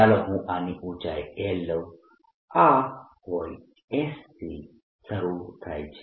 ચાલો હું આની ઊચાઇ l લઉં આ હોઈ S થી શરૂ થાય છે